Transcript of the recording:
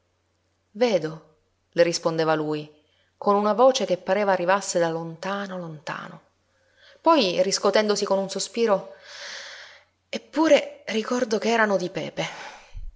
vedo le rispondeva lui con una voce che pareva arrivasse da lontano lontano poi riscotendosi con un sospiro eppure ricordo che erano di pepe